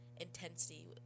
intensity